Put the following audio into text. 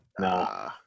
no